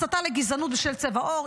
הסתה לגזענות בשל צבע עור,